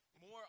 more